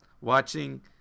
watching